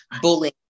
bullying